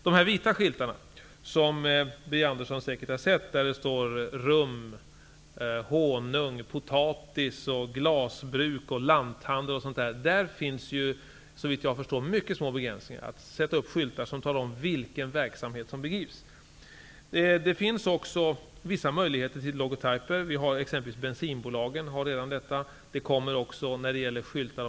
Birger Andersson har säkert sett de vita skyltarna där det t.ex. står Rum, Honung, Potatis, Glasbruk och Lanthandel. När det gäller dessa skyltar finns det mycket små begränsningar i rätten att sätta upp skyltar som talar om vilken verksamhet som bedrivs. Det finns också vissa möjligheter att ha logotyper. Bensinbolagen använder t.ex. redan den möjligheten.